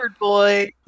boy